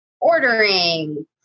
ordering